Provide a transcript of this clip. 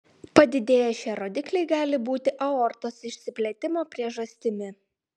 padidėję šie rodikliai gali būti aortos išsiplėtimo priežastimi